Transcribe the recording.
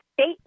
state